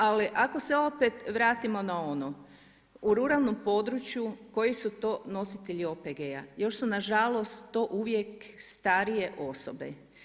Ali ako se opet vratimo na ono, u ruralnom području koji su to nositelji OPG-a, još su nažalost to uvijek starije osobe.